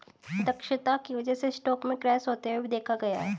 दक्षता की वजह से स्टॉक में क्रैश होते भी देखा गया है